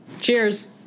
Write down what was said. Cheers